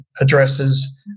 addresses